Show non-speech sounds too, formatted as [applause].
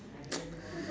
[noise]